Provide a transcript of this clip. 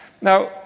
Now